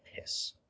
piss